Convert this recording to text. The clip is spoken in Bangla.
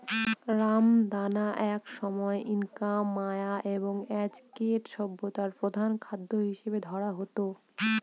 রামদানা একসময় ইনকা, মায়া এবং অ্যাজটেক সভ্যতায় প্রধান খাদ্য হিসাবে ধরা হত